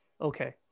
Okay